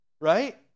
right